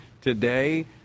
Today